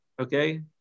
okay